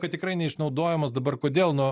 kad tikrai neišnaudojamas dabar kodėl nu